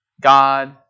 God